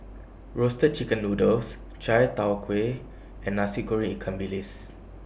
Roasted Chicken Noodles Chai Tow Kway and Nasi Goreng Ikan Bilis